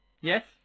Yes